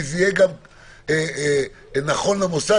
כי זה יהיה גם נכון למוסד,